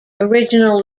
original